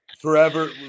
Forever